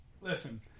Listen